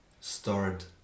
Start